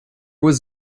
was